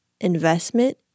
investment